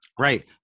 Right